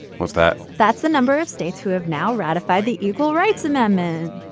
what's that? that's the number of states who have now ratified the equal rights amendment.